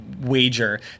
wager